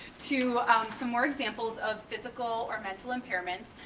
to some more examples of physical or mental impairments.